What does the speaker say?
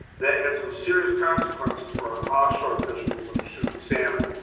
that had some serious consequences for our off shore fisheries, like chinook salmon,